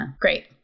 great